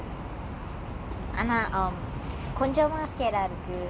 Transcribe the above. ya I know that you like coke a lot lah அதே தான எப்பயும் குடிச்சிட்டு இருப்ப:athe thaane eppayum kudichittu iruppa